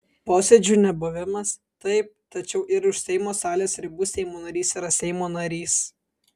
posėdžių nebuvimas taip tačiau ir už seimo salės ribų seimo narys yra seimo narys